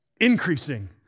increasing